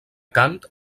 cant